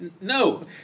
no